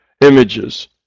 images